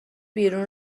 بیرون